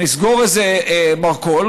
נסגור איזה מרכול.